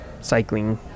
cycling